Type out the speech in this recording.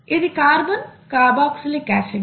ఇది carbon carboxylic acid